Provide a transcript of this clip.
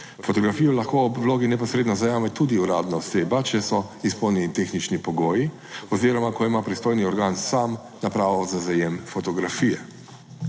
Fotografijo lahko ob vlogi neposredno zajame tudi uradna oseba, če so izpolnjeni tehnični pogoji oziroma, ko ima pristojni organ sam napravo za zajem fotografije.